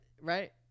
Right